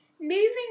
Moving